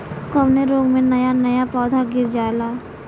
कवने रोग में नया नया पौधा गिर जयेला?